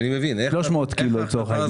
300 קילו לצורך העניין.